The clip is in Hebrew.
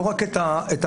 לא רק את המעשה,